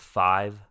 five